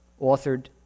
authored